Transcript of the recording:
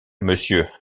monsieur